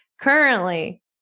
currently